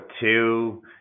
two